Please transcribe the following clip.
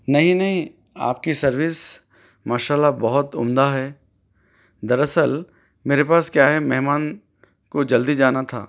نہیں نہیں آپ کی سروس ماشاء اللہ بہت عمدہ ہے دراصل میرے پاس کیا ہے مہمان کو جلدی جانا تھا